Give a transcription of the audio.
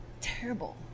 terrible